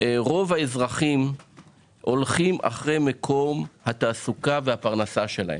רוב האזרחים הולכים אחר מקום התעסוקה והפרנסה שלהם.